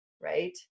right